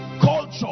Culture